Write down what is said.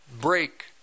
break